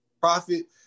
profit